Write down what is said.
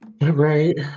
right